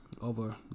over